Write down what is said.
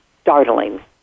startling